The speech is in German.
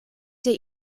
der